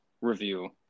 review